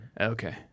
Okay